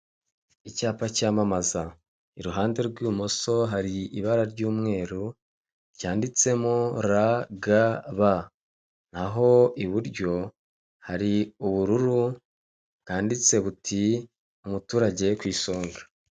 Ahantu hari habereye amatora abaturage bamwe bari kujya gutora abandi bari kuvayo ku marembo y'aho hantu hari habereye amatora hari hari banderore yanditseho repubulika y'u Rwanda komisiyo y'igihugu y'amatora, amatora y'abadepite ibihumbi bibiri na cumi n'umunani twitabire amatora duhitemo neza.